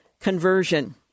conversion